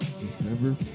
December